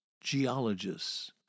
geologists